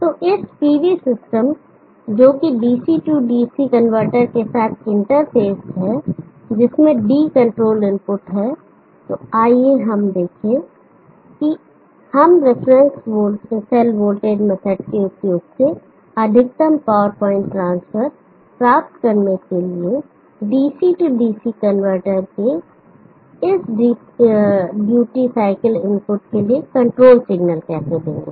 तो इस PV system जोकि DC DC कनवर्टर के साथ इंटरफेस्ड है जिसमें d कंट्रोल इनपुट है तो आइए हम देखें कि हम रिफरेन्स सेल वोल्टेज मेथड के उपयोग से अधिकतम पावर प्वाइंट ट्रांसफर प्राप्त करने के लिए DC DC कनवर्टर के इस ड्यूटी साइकिल इनपुट के लिए कंट्रोल सिगनल्स कैसे देंगे